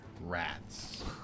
rats